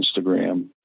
Instagram